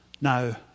now